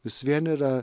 vis vien yra